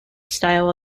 style